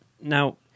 Now